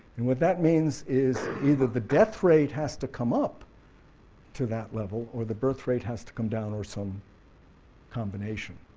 and what that means is either the death rate has to come up to that level or the birthrate has to come down or some combination.